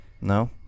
No